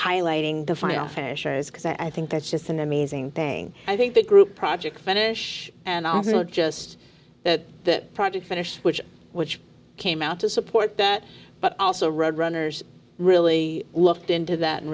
highlighting the fine officers because i think that's just an amazing thing i think the group project finish and also just that the project finish which which came out to support that but also road runners really looked into that and